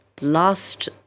last